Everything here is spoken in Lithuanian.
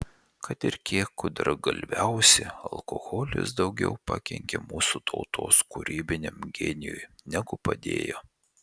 kad ir kiek gudragalviausi alkoholis daugiau pakenkė mūsų tautos kūrybiniam genijui negu padėjo